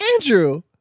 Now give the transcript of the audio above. Andrew